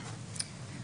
הרשומה?